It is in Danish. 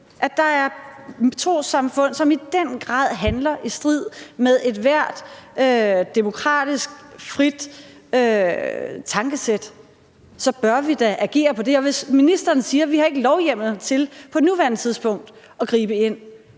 at der er trossamfund, som i den grad handler i strid med ethvert demokratisk frit tankesæt, så bør vi da reagere på det. Og hvis ministeren siger, at vi på nuværende tidspunkt ikke har